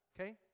okay